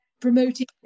promoting